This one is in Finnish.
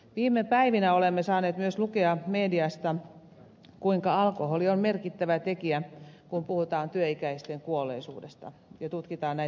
viime päivinä olemme saaneet myös lukea mediasta kuinka alkoholi on merkittävä tekijä kun puhutaan työikäisten kuolleisuudesta ja tutkitaan näitä tilastoja